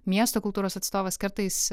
miesto kultūros atstovas kartais